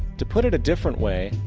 to put it a different way.